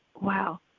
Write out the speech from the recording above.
wow